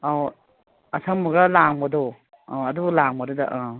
ꯑꯧ ꯑꯁꯪꯕꯒ ꯂꯥꯡꯕꯗꯣ ꯑꯧ ꯑꯗꯨ ꯂꯥꯡꯕꯗꯨꯗ ꯑꯥ